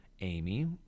Amy